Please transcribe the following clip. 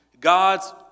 God's